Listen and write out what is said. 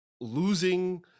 losing